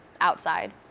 outside